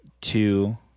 two